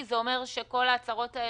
ואנחנו מודעים לקשיים של הסקטור,